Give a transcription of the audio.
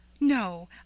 No